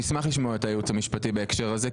נשמח לשמוע את הייעוץ המשפטי בהקשר הזה.